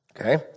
Okay